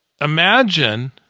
imagine